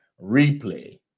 replay